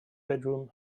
bedroom